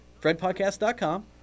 fredpodcast.com